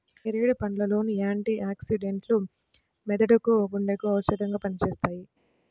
నేరేడు పండ్ల లోని యాంటీ ఆక్సిడెంట్లు మెదడుకు, గుండెకు ఔషధంగా పనిచేస్తాయి